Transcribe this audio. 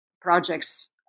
projects